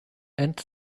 and